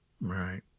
Right